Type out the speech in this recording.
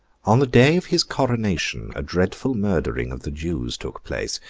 on the day of his coronation, a dreadful murdering of the jews took place,